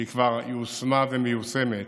והיא כבר יושמה ומיושמת,